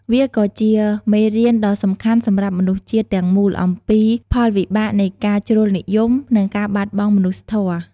វាក៏ជាមេរៀនដ៏សំខាន់សម្រាប់មនុស្សជាតិទាំងមូលអំពីផលវិបាកនៃការជ្រុលនិយម និងការបាត់បង់មនុស្សធម៌។